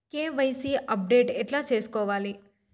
KYC update ఎట్లా సేసుకోవాలి?